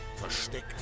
versteckt